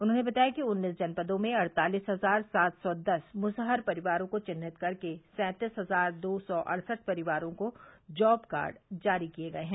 उन्होंने बताया कि उन्नीस जनपदों में अड़तालीस हजार सात सौ दस मुसहर परिवारों को चिन्हित कर सैंतीस हजार दो सौ अड़सढ परिवारों को जॉब कार्ड जारी किए गये हैं